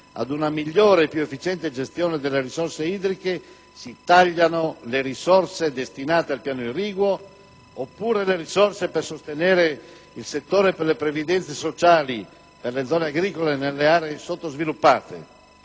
per una migliore e più efficiente gestione delle risorse idriche, si taglino le risorse destinate al piano irriguo, oppure le risorse per sostenere il settore delle previdenze sociali per le zone agricole nelle aree sottosviluppate.